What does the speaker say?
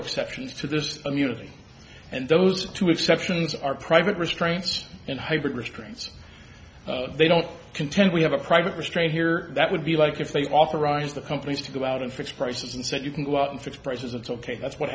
exceptions to this immunity and those two exceptions are private restraints and hybrid restraints they don't contend we have a private restraint here that would be like if they authorized the companies to go out and fix prices and said you can go out and fix prices it's ok that's what